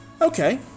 Okay